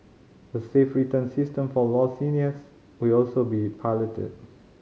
a safe return system for lost seniors will also be piloted